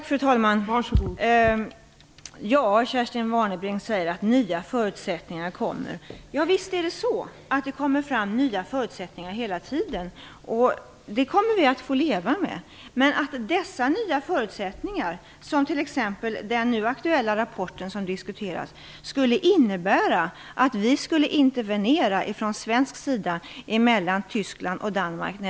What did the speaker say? Fru talman! Kerstin Warnerbring säger att nya förutsättningar kommer. Ja, visst kommer det fram nya förutsättningar hela tiden, och det kommer vi att få leva med. Men jag kan inte ställa upp på att dessa nya förutsättningar, som t.ex. den aktuella rapporten som nu diskuteras, skulle innebära att vi från svensk sida intervenerade mellan Tyskland och Danmark.